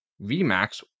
V-Max